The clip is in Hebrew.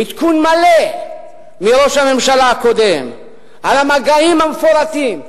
עדכון מלא מראש הממשלה הקודם על המגעים המפורטים,